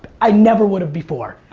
i never would have before.